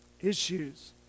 issues